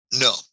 No